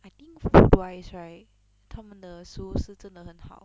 I think food wise right 他们的食物是真的很好